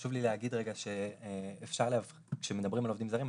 חשוב לי להגיד שכשמדברים על עובדים זרים,